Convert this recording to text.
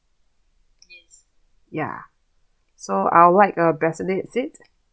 ya so I would like a bassinet seat